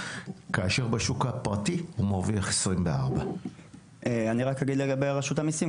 כאשר בשוק הפרטי הוא מרוויח 24. אני רק אגיד לגבי רשות המיסים,